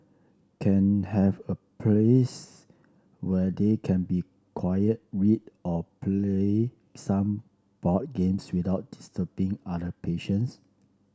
can have a place where they can be quiet read or play some board games without disturbing other patients